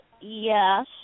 Yes